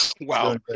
Wow